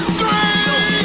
three